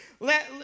Let